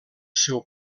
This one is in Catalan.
seu